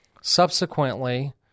Subsequently